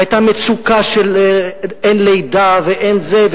היתה מצוקה שאין לידה ואין זה,